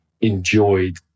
enjoyed